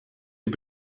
you